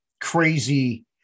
crazy